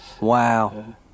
wow